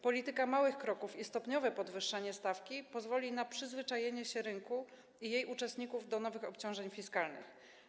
Polityka małych kroków i stopniowe podwyższanie stawki pozwoli na przyzwyczajenie się rynku i jej uczestników do nowych obciążeń fiskalnych.